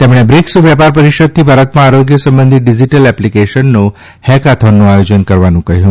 તેમણે બ્રિક્સ વ્યાપાર પરિષદથી ભારતમાં આરોગ્ય સંબંધી ડિજીટલ એપ્લીકેશનનો હૈકાથોનનું આયોજન કરવાનું કહ્યું